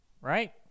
right